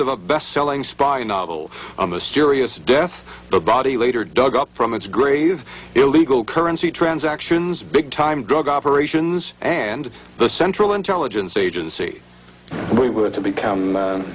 of a bestselling spy novel a mysterious death the body later dug up from its grave illegal currency transactions big time drug operations and the central intelligence agency we were to become